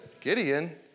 Gideon